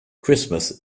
christmas